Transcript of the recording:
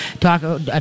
talk